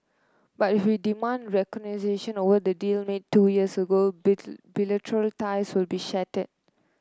but if we demand over the deal made two years ago bilateral ties will be shattered